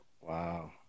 Wow